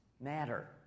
matter